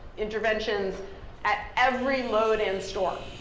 interventions at every load and store.